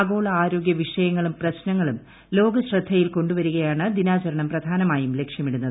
ആഗോള ആരോഗ്യ വിഷയങ്ങളും പ്രശ്നങ്ങളും ലോകശ്രദ്ധയിൽ കൊണ്ടുവരികയാണ് ദിനാചരണം പ്രധാനമായും ലക്ഷ്യമിടുന്നത്